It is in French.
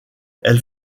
elle